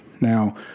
Now